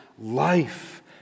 life